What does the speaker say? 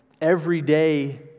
everyday